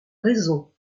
raison